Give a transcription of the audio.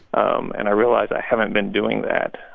um and i realize i haven't been doing that.